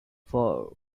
four